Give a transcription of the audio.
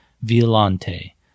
violante